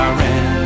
Iran